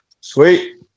Sweet